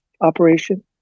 operation